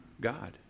God